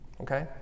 Okay